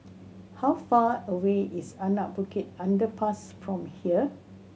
how far away is Anak Bukit Underpass from here